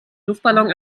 luftballon